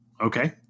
Okay